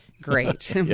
great